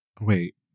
Wait